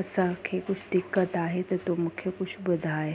असांखे कुझु दिक़त आहे त तू मूंखे कुझु ॿुधाए